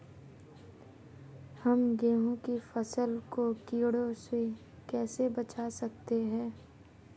हम गेहूँ की फसल को कीड़ों से कैसे बचा सकते हैं?